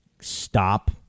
stop